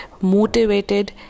motivated